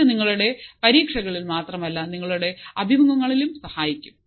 ഇത് നിങ്ങളുടെ പരീക്ഷകളിൽ മാത്രമല്ല നിങ്ങളുടെ അഭിമുഖങ്ങളിലും സഹായിക്കും